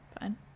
fine